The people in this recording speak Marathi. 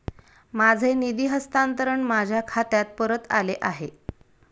माझे निधी हस्तांतरण माझ्या खात्यात परत आले आहे